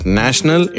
national